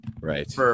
Right